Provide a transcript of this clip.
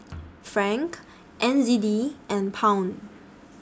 Franc N Z D and Pound